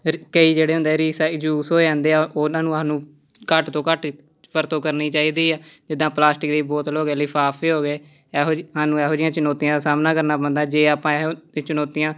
ਫਿਰ ਕਈ ਜਿਹੜੇ ਹੁੰਦੇ ਰੀਸਾਈ ਯੂਜ ਹੋ ਜਾਂਦੇ ਆ ਉਹਨਾਂ ਨੂੰ ਸਾਨੂੰ ਘੱਟ ਤੋਂ ਘੱਟ ਵਰਤੋਂ ਕਰਨੀ ਚਾਹੀਦੀ ਆ ਜਿੱਦਾਂ ਪਲਾਸਟਿਕ ਦੀ ਬੋਤਲ ਹੋ ਗਿਆ ਲਿਫ਼ਾਫ਼ੇ ਹੋ ਗਏ ਇਹੋ ਜਿਹੀ ਸਾਨੂੰ ਇਹੋ ਜਿਹੀਆਂ ਚੁਣੌਤੀਆਂ ਦਾ ਸਾਹਮਣਾ ਕਰਨਾ ਪੈਂਦਾ ਜੇ ਆਪਾਂ ਇਹੋ ਚੁਣੌਤੀਆਂ